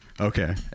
Okay